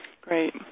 Great